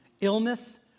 illness